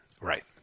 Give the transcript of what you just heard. Right